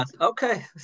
Okay